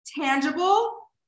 tangible